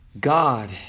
God